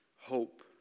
hope